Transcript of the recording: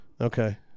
Okay